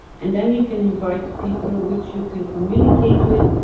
and then you can invite people which you can communicate with.